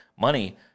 money